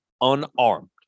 unarmed